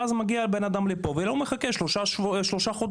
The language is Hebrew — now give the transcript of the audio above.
ואז האדם מגיע לפה ולא מחכה שלושה חודשים